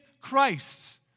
Christ